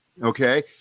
okay